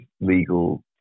legal